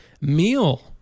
meal